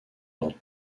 dans